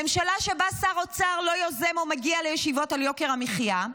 ממשלה שבה שר אוצר לא יוזם או מגיע לישיבות על יוקר המחיה,